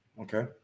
Okay